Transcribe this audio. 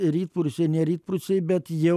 rytprūsiai ne rytprūsiai bet jau